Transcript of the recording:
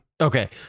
Okay